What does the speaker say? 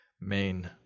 main